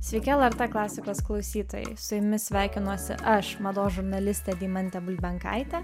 sveiki lrt klasikos klausytojai su jumis sveikinuosi aš mados žurnalistė deimantė bulbenkaitė